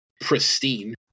pristine